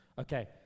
Okay